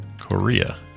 Korea